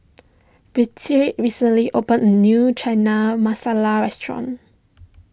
Birtie recently opened a new Chana Masala restaurant